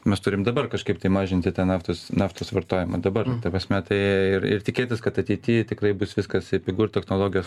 mes turim dabar kažkaip tai mažinti tą naftos naftos vartojimą dabar ta prasme tai ir ir tikėtis kad ateity tikrai bus viskas ir pigu ir technologijos